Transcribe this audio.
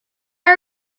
are